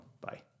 bye